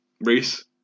Reese